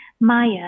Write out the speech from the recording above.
Maya